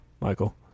Michael